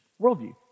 worldview